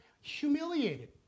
Humiliated